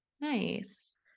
nice